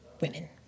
women